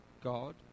God